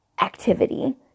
activity